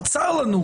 בצר לנו,